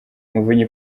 muvunyi